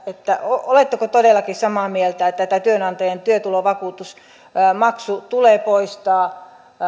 oletteko todellakin samaa mieltä että tämä työnantajien työtulovakuutusmaksu tulee poistaa